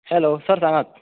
hello sir सांगात